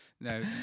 no